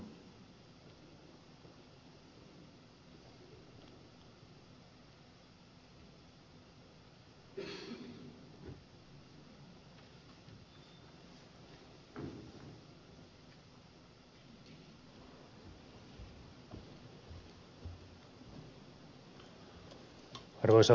arvoisa puhemies